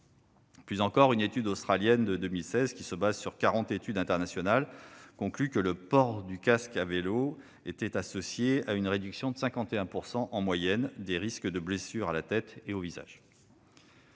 Plus encore, une étude australienne de 2016, qui se fonde sur quarante études internationales, conclut que le port du casque à vélo est associé à une réduction de 51 %, en moyenne, des risques de blessures à la tête et au visage.